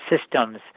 systems